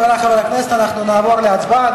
חברי חברי הכנסת, אנחנו עוברים להצבעה.